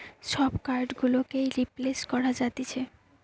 সব কার্ড গুলোকেই রিপ্লেস করা যাতিছে